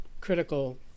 critical